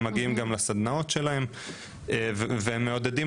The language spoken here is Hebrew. הם מגיעים גם לסדנאות שלהם והם מעודדים